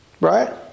right